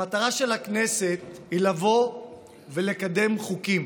המטרה של הכנסת היא לבוא ולקדם חוקים,